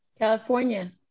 California